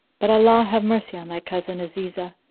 but allah have mercy on thy cousin azizah,